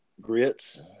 grits